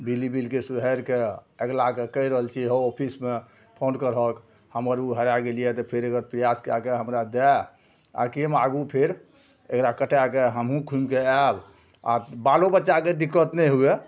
बिजली बिलके सुधारिके अगिलाके कहि रहल छी हउ ऑफिसमे फोन करहक हमर ओ हरै गेल यऽ तऽ फेर एकबेर प्रयास कै के हमरा दै ताकि हम आगू फेर एकरा कटैके हमहूँ घुमिके आएब आओर बालो बच्चाकेँ दिक्कत नहि हुए